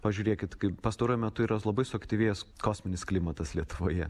pažiūrėkit kaip pastaruoju metu yra labai suaktyvėjęs kosminis klimatas lietuvoje